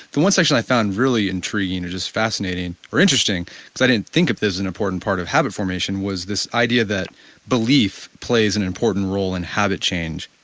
the one section i found really intriguing or just fascinating or interesting because i didn't think of this as an important part of habit formation was this idea that belief plays an important role and habit change.